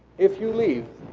if you leave,